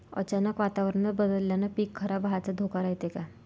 अचानक वातावरण बदलल्यानं पीक खराब व्हाचा धोका रायते का?